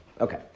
Okay